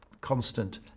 constant